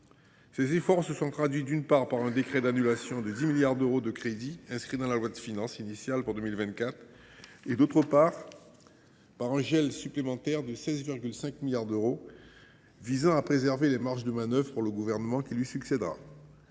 Ces efforts se sont traduits, d’une part, par un décret d’annulation de 10 milliards d’euros de crédits inscrits dans la loi de finances initiale pour 2024 et, d’autre part, par un gel supplémentaire de 16,5 milliards d’euros, visant à préserver des marges de manœuvre pour le gouvernement à venir.